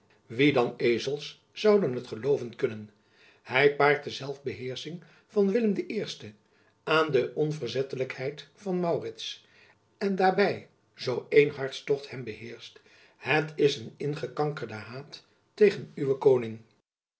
onbeduidend wiedan ezels zouden het gelooven kunnen hy paart de zelfbeheersching van willem i aan de onverzettelijkheid van maurits en daarby zoo één hartstocht hem beheerscht het is een ingekankerde haat tegen uwen koning